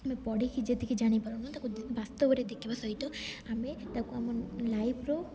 ଆମେ ପଢ଼ିକି ଯେତିକି ଜାଣିପାରୁନୁ ତାକୁ ବାସ୍ତବ୍ୟରେ ଦେଖିବା ସହିତ ଆମେ ତାକୁ ଆମ ଲାଇଫ୍ରୁ